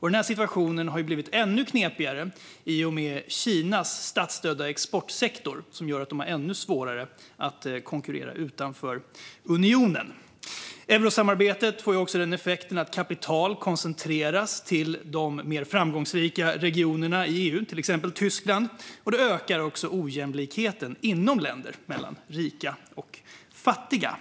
och situationen har blivit ännu knepigare i och med Kinas statsstödda exportsektor som gör att de har ännu svårare att konkurrera utanför unionen. Eurosamarbetet får också den effekten att kapital koncentreras till de mer framgångsrika regionerna i EU, till exempel Tyskland, och det ökar dessutom ojämlikheten inom länder, mellan rika och fattiga.